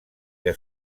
que